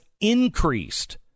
increased